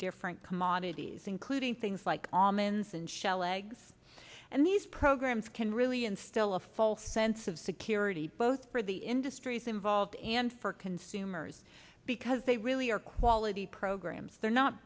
different commodities including things like aman's and shell eggs and these programs can really instill a false sense of security both for the industries involved and for consumers because they really are quality programs they're not